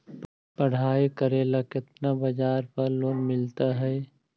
पढाई करेला केतना ब्याज पर लोन मिल हइ?